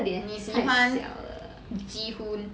你喜欢 ji hoon